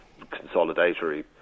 consolidatory